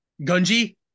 Gunji